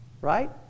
right